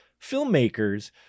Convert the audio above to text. filmmakers